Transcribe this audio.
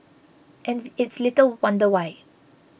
and it's little wonder why